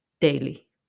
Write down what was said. daily